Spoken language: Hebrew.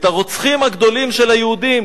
את הרוצחים הגדולים של היהודים,